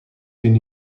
been